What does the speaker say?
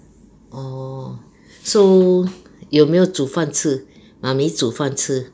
orh so 有没有煮饭吃妈咪煮饭吃